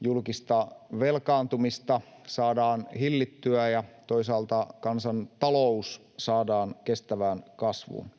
julkista velkaantumista saadaan hillittyä ja toisaalta kansantalous saadaan kestävään kasvuun.